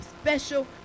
special